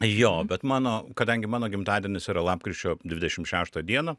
jo bet mano kadangi mano gimtadienis yra lapkričio dvidešim šeštą dieną